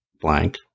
blank